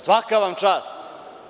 Svaka vam čast.